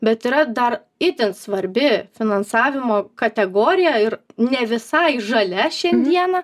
bet yra dar itin svarbi finansavimo kategorija ir ne visai žalia šiandieną